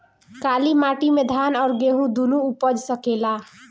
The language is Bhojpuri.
काली माटी मे धान और गेंहू दुनो उपज सकेला?